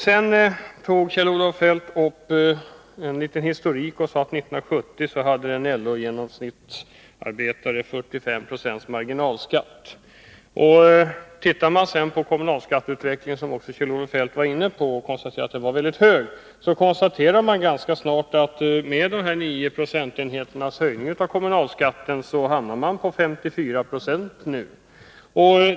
Sedan tog Kjell-Olof Feldt upp en liten historik och sade att 1970 hade LO-anslutna arbetare i genomsnitt 45 20 marginalskatt. Tittar vi på utvecklingen av kommunalskatten, som Kjell-Olof Feldt också var inne på, kan vi konstatera att den är väldigt hög. Med 9 procentenheters höjning av kommunalskatten hamnar vi på 54 96 nu.